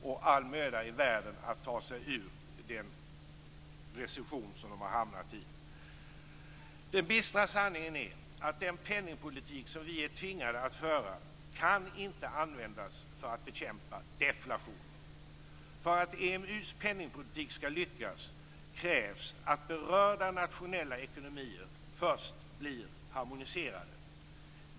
Med all möda i världen har man att ta sig ur den recession som man hamnat i. Den bistra sanningen är att den penningpolitik som vi är tvingade att föra inte kan användas för att bekämpa deflation. För att EMU:s penningpolitik skall lyckas krävs det att berörda nationella ekonomier först blir harmoniserade.